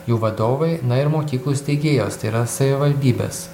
jų vadovai na ir mokyklų steigėjos tai yra savivaldybės